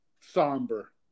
somber